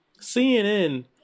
CNN